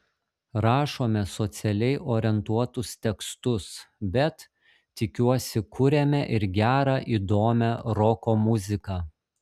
rašome socialiai orientuotus tekstus bet tikiuosi kuriame ir gerą įdomią roko muziką